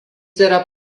yra